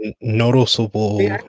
noticeable